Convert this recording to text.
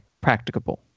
practicable